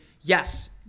yes